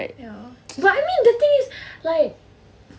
ya but I mean the thing is like